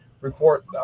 report